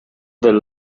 del